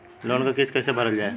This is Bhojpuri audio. लोन क किस्त कैसे भरल जाए?